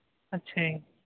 ਅੱਛਾ ਜੀ